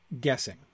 guessing